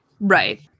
Right